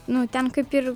nu ten kaip ir